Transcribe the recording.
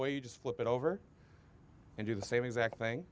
way you just flip it over and do the same exact thing